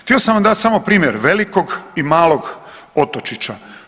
Htio sam vam dati samo primjer velikog i malog otočića.